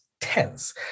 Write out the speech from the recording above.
tense